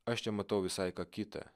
aš čia matau visai ką kita